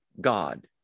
God